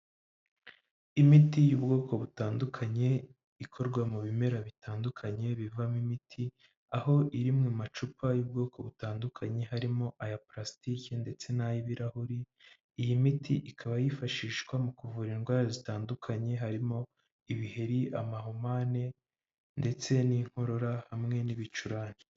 Imiti y'ubwoko butandukanye ikorwa mu bimera bitandukanye bivamo imiti, baho iri mu macupa y'ubwoko butandukanye harimo aya plasitike ndetse nay'ibirahuri. Iyi miti ikaba yifashishwa mu kuvura indwara zitandukanye harimo ibiheri, amahumane ndetse n'inkorora hamwe n'ibicurane.